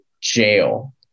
jail